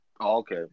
Okay